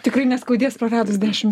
tikrai neskaudės praradus dešimt